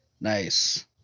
Nice